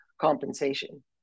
compensation